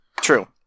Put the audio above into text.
true